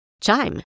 Chime